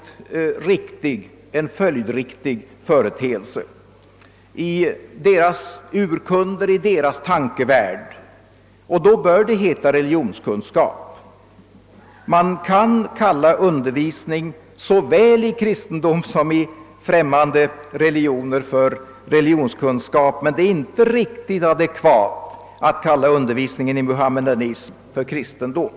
Undervisningen omfattar främmande religioners urkunder och tankevärld. Då bör det också heta religionskunskap. Man kan kalla undervisning såväl om kristendom som om främmande religioner för religionskunskap, men det är inte riktigt adekvat att kalla undervisningen i muhammedanism för kristendom.